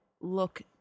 look